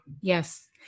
Yes